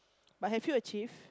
but have you achieved